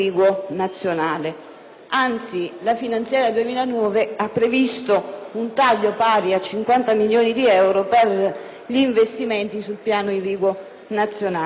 Anzi, la finanziaria 2009 ha previsto un taglio pari a 50 milioni di euro per gli investimenti sul piano irriguo nazionale.